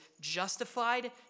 justified